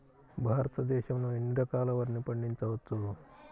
భారతదేశంలో ఎన్ని రకాల వరిని పండించవచ్చు